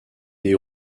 des